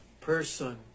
person